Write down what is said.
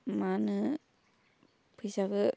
मा होनो फैसाखौ